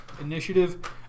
initiative